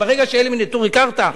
ברגע שאלה מנטורי קרתא,